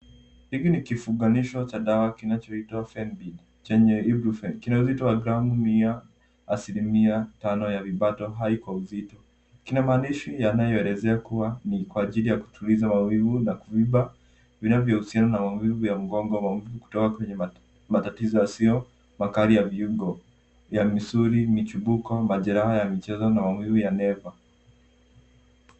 Hiki ni kifunganisho cha dawa kinachoitwa Fenbid chenye Ibrufen. Kina uzito wa gramu mia asilimia tano ya vibatohai kwa uzito. Kina maandishi yanayoelezea kuwa ni kwa ajili ya kutuliza maumivu na kuvimba vinavyohusiana na maumivu ya mgongo au kutoka kwenye matatizo yasiyo makali ya viungo vya misuli, michubuko, majeraha ya michezo na maumivu ya neva.